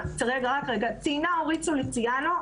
אורית סוליציאנו ציינה,